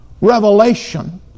revelation